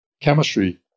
chemistry